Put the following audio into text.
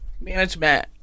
management